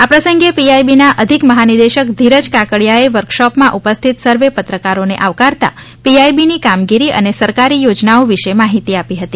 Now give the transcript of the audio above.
આ પ્રસંગે પીઆઈબીના અધિક મહાનિદેશક ધીરજ કાકડિયાએ વર્કશોપમાં ઉપસ્થિત સર્વે પત્રકારોને આવકારતા પીઆઈબીની કામગીરી અને સરકારી યોજનાઓ વિશે માહિતી આપી હતી